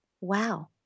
wow